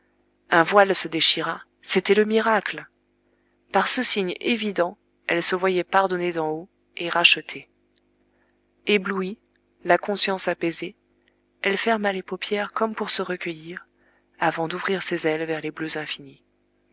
un voile se déchira c'était le miracle par ce signe évident elle se voyait pardonnée d'en haut et rachetée éblouie la conscience apaisée elle ferma les paupières comme pour se recueillir avant d'ouvrir ses ailes vers les bleus infinis